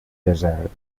deserts